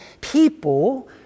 people